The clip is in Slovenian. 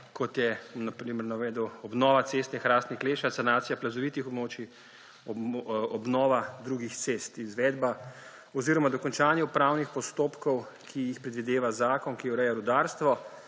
kot je na primer obnova ceste Hrastnik–Leša, sanacija plazovitih območij, obnova drugih cest, izvedba oziroma dokončanje upravnih postopkov, ki jih predvideva zakon, ki ureja rudarstvo,